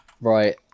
Right